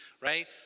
right